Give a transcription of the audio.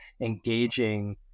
engaging